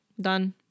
done